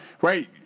right